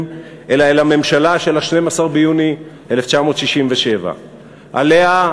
אלא אל הממשלה של ה-19 ביוני 1967. עליה,